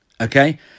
Okay